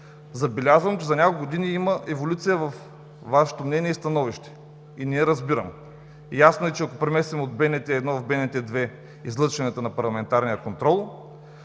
Забелязвам, че за няколко години има еволюция във Вашето мнение и становище и не я разбирам. Ясно е, че ако преместим излъчването на парламентарния контрол